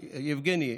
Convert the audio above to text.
יבגני,